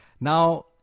Now